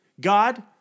God